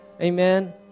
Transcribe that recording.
Amen